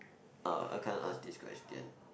uh I kind of ask this question